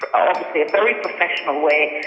but obviously a very professional way,